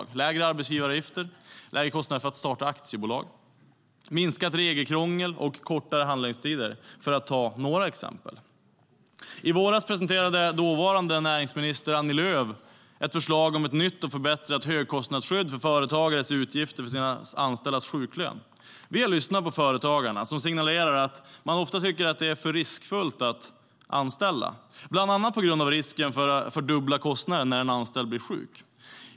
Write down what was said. Det behövs lägre arbetsgivaravgifter, lägre kostnader för att starta aktiebolag, minskat regelkrångel och kortare handläggningstider - för att ta några exempel.I våras presenterade dåvarande näringsminister Annie Lööf ett förslag om ett nytt och förbättrat högkostnadsskydd för företagares utgifter för sina anställdas sjuklön. Vi har lyssnat på företagarna, som signalerar att de tycker att det ofta är alltför riskfullt att anställa - bland annat på grund av risken för dubbla kostnader när en anställd blir sjuk.